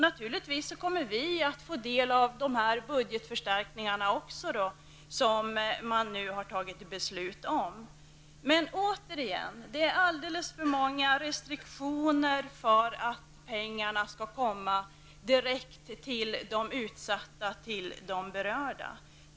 Naturligtvis måste vi också få del av de budgetförstärkningar som det nu har fattats beslut om. Men återigen: det är alldeles för många restriktioner för att pengarna skall komma direkt till de utsatta, de berörda.